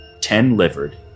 ten-livered